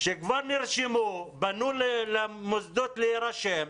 שכבר נרשמו, פנו למוסדות להירשם,